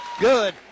Good